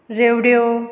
रेवडियो